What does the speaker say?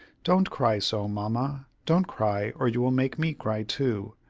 don't cry so, mamma! don't cry, or you will make me cry, too!